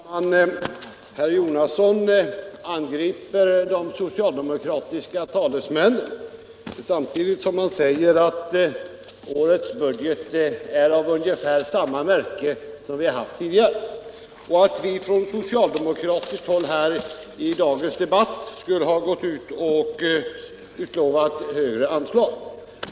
Herr talman! Herr Jonasson angriper de socialdemokratiska talesmännen samtidigt som han säger att årets budget är av ungefär samma märke som tidigare års. Han säger också att vi socialdemokrater i dagens debatt skulle ha utlovat högre anslag.